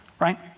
right